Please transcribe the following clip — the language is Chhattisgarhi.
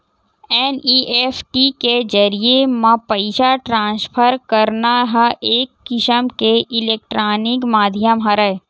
एन.इ.एफ.टी के जरिए म पइसा ट्रांसफर करना ह एक किसम के इलेक्टानिक माधियम हरय